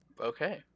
Okay